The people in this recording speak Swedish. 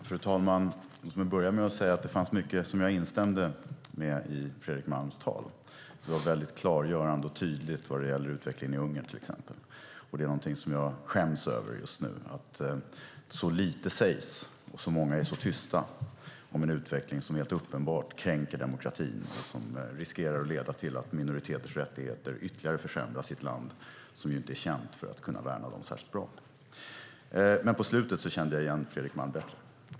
Fru talman! Låt mig börja med att säga att det fanns mycket som jag instämde med i Fredrik Malms anförande. Det var till exempel väldigt klargörande och tydligt vad gäller utvecklingen i Ungern. Det är något jag skäms över just nu att så lite sägs och så många är så tysta om en utveckling som helt uppenbart kränker demokratin och riskerar att leda till att minoriteters rättigheter ytterligare försämras i ett land som inte är känt för att kunna värna dem särskilt bra. Men på slutet kände jag bättre igen Fredrik Malm.